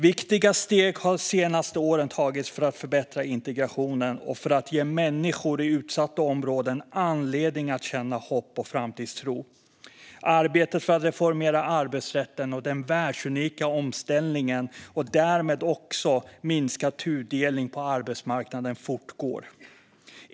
Viktiga steg har de senaste åren tagits för att förbättra integrationen och för att ge människor i utsatta områden anledning att känna hopp och framtidstro. Arbetet för att reformera arbetsrätten och den världsunika omställningen, och därmed också minska tudelningen på arbetsmarknaden, fortgår.